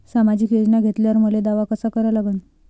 सामाजिक योजना घेतल्यावर मले दावा कसा करा लागन?